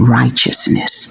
righteousness